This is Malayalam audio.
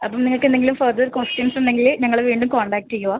അപ്പോൾ നിങ്ങൾക്ക് എന്തെങ്കിലും ഫർദർ ക്വസ്റ്റ്യൻസ് ഉണ്ടെങ്കില് ഞങ്ങളെ വീണ്ടും കോൺടാക്ട് ചെയ്യുക